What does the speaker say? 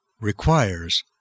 requires